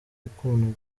gukundwa